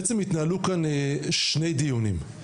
בעצם התנהלו כאן שני דיונים.